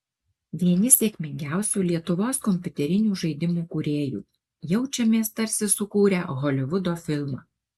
vieni sėkmingiausių lietuvos kompiuterinių žaidimų kūrėjų jaučiamės tarsi sukūrę holivudo filmą